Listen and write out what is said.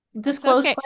disclose